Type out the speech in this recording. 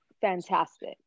fantastic